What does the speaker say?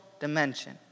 dimension